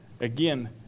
again